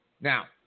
Now